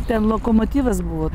ten lokomotyvas buvo